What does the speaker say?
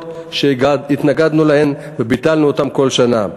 שהתנגדנו להן וביטלנו אותן כל שנה.